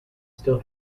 still